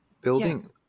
building